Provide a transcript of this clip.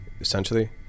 essentially